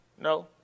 No